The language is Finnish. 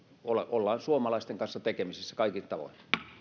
ollaan suomalaisten kanssa tekemisissä kaikin tavoin